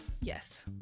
yes